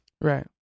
Right